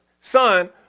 son